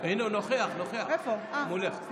מולא,